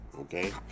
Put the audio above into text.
okay